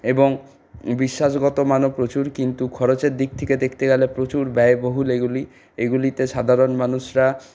এবং বিশ্বাসগত মানও প্রচুর কিন্তু খরচের দিক থেকে দেখতে গেলে প্রচুর ব্যয়বহুল এগুলি এগুলিতে সাধারণ মানুষরা